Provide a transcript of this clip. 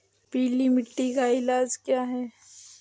पीली मिट्टी का इलाज क्या है?